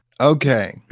Okay